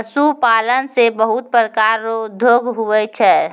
पशुपालन से बहुत प्रकार रो उद्योग हुवै छै